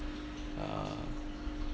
uh